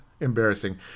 Embarrassing